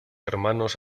hermanos